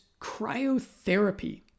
cryotherapy